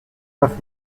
neuf